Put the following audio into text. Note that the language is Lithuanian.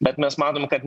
bet mes matom kad